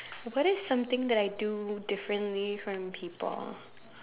what is something that I do differently from people